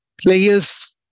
players